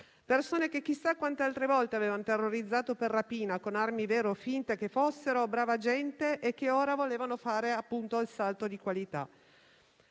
Persone che chissà quante altre volte avevano terrorizzato per rapina brava gente, con armi vere o finte che fossero, e che ora volevano fare, appunto, il salto di qualità.